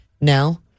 No